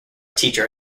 teacher